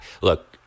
look